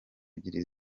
ebyiri